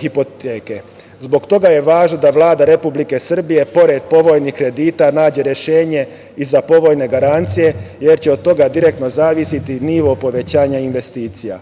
hipoteke. Zbog toga je važno da Vlada Republike Srbije, pored povoljnih kredita nađe rešenje i za povoljne garancije, jer će od toga direktno zavisiti nivo povećanja investicija.